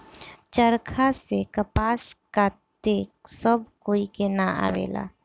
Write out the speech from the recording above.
चरखा से कपास काते सब कोई के ना आवेला